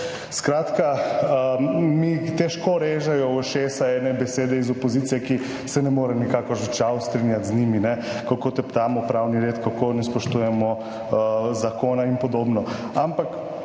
Skratka, mi težko režejo v ušesa ene besede iz opozicije, ki se ne morem nikakor žal strinjati z njimi, kako teptamo pravni red, kako ne spoštujemo zakona in podobno.